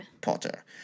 Potter